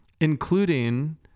including